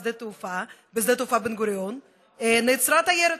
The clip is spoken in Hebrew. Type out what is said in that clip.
בשדה התעופה בן-גוריון נעצרה תיירת,